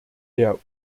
der